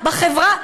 בחברה,